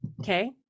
Okay